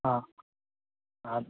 ꯑꯥ ꯑꯥ